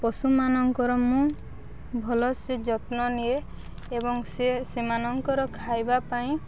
ପଶୁମାନଙ୍କର ମୁଁ ଭଲ ସେ ଯତ୍ନ ନିଏ ଏବଂ ସେ ସେମାନଙ୍କର ଖାଇବା ପାଇଁ